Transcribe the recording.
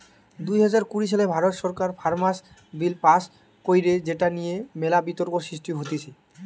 দুই হাজার কুড়ি সালে ভারত সরকার ফার্মার্স বিল পাস্ কইরে যেটা নিয়ে মেলা বিতর্ক সৃষ্টি হতিছে